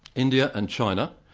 india and china,